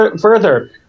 further